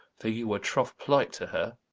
for you were troth-plight to her